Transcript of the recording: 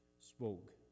spoke